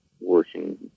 working